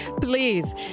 Please